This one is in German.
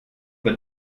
wird